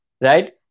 right